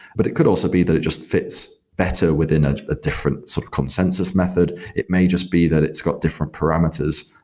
but it could also be that it just fits better within a different sort of consensus method. it may just be that it's got different parameters.